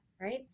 right